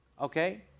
Okay